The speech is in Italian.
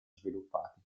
sviluppati